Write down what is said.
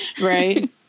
Right